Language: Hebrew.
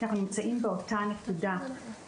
אנחנו נמצאים באותה נקודה.